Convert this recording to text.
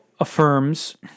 affirms